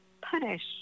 punish